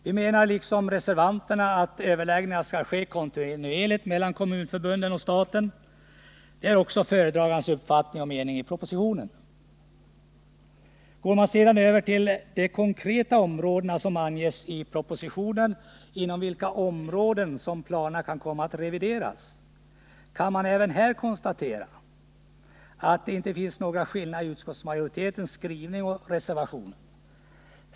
Vi menar liksom reservanterna att överläggningar skall ske kontinuerligt mellan kommunförbunden och staten. Det är också föredragandens uppfattning och mening i propositionen. Går man sedan över till de konkreta områdena som anges i propositionen, inom vilka planerna kan komma att revideras, kan man även här konstatera att det inte finns några skillnader mellan utskottsmajoritetens skrivning och reservationen.